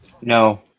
No